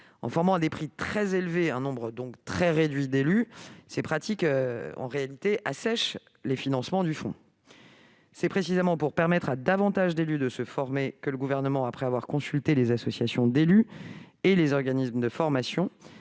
En formant à des prix très élevés un nombre très réduit d'élus, ces pratiques assèchent les financements du fonds. C'est précisément pour permettre à davantage d'élus de se former que le Gouvernement, après avoir consulté les associations d'élus et les organismes de formation,